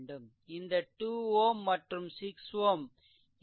இந்த 2 Ω மற்றும் 6 Ω இரண்டும் பேர்லெல்